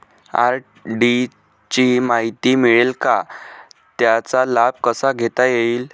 RD ची माहिती मिळेल का, त्याचा लाभ कसा घेता येईल?